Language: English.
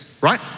right